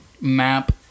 map